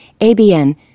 ABN